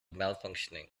malfunctioning